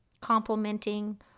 complimenting